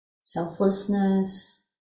selflessness